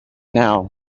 now